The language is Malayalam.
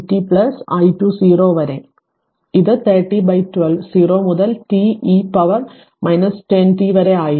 അതിനാൽ ഇത് 30 12 0 മുതൽ t e പവർ 10t വരെ ആയിരിക്കും